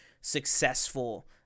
successful